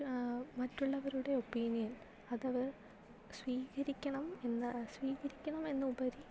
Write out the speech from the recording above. മറ്റുള്ളവരുടെ ഒപ്പീനിയൻ അതവർ സ്വീകരിക്കണം എന്ന് സ്വീകരിക്കണം എന്ന് ഉപരി